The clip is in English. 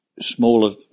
smaller